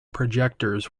projectors